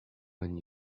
when